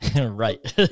Right